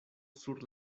sur